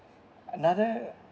another